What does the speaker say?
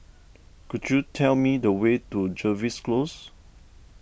could you tell me the way to Jervois Close